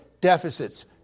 deficits